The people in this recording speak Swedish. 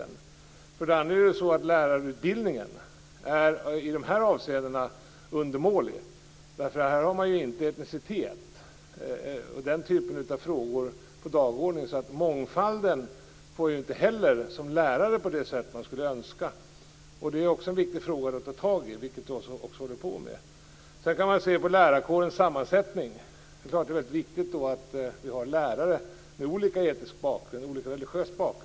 En annan sak är att lärarutbildningen är undermålig i dessa avseenden. Etnicitet och den typen av frågor står inte på dagordningen där, så lärarna kan inte hantera mångfalden på det sätt man skulle önska. Det är en viktig fråga att ta tag i, och det har vi också gjort. En tredje sak är lärarkårens sammansättning. Det är viktigt att vi har lärare med olika etnisk och religiös bakgrund.